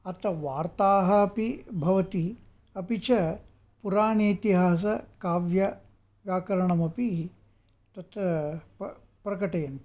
अत्र वार्ताः अपि भवति अपि च पुराणेतिहासकाव्यव्याकरणमपि तत्र प्रकटयन्ति